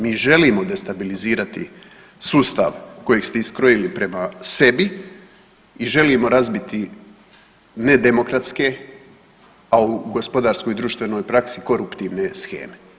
Mi želimo destabilizirati sustav kojeg ste iskrojili prema sebi i želimo razbiti nedemokratske, a u gospodarskoj i društvenoj praksi koruptivne sheme.